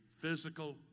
physical